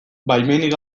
baimenik